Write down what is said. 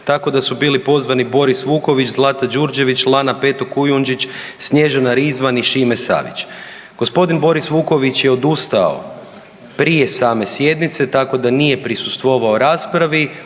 tako da su bili pozvani Boris Vuković, Zlata Đurđević, Lana Peto Kujundžić, Snježana Rizvan i Šime Savić. g. Boris Vuković je odustao prije same sjednice, tako da nije prisustvovao raspravi.